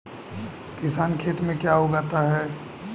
किसान खेत में क्या क्या उगाता है?